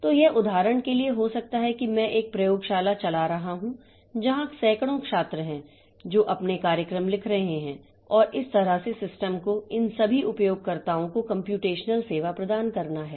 तो यह उदाहरण के लिए हो सकता है कि मैं एक प्रयोगशाला चला रहा हूं जहां सैकड़ों छात्र हैं जो अपने कार्यक्रम लिख रहे हैं और इस तरह से सिस्टम को इन सभी उपयोगकर्ताओं को कम्प्यूटेशनल सेवा प्रदान करना है